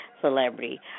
celebrity